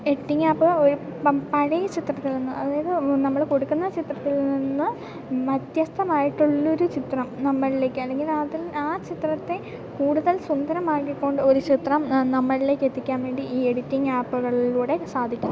editing app ഒരു പ പഴയ ചിത്രത്തിൽ നിന്ന് അതായത് നമ്മൾ കൊടുക്കുന്ന ചിത്രത്തിൽ നിന്ന് വ്യത്യസ്തമായിട്ടുള്ളൊരു ചിത്രം നമ്മളിലേക്കല്ലെങ്കിൽ അതിൽ ആ ചിത്രത്തെ കൂടുതൽ സുന്ദരമാക്കി കൊണ്ട് ഒരു ചിത്രം നമ്മളിലേക്കെത്തിക്കാൻ വേണ്ടി ഈ എഡിറ്റിങ്ങ് ആപ്പുകളിലൂടെ സാധിക്കും